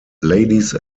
ladies